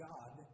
God